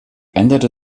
änderte